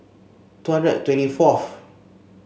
two hundred twenty fourth